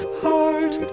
heart